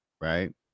Right